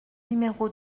numéro